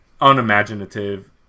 unimaginative